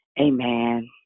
Amen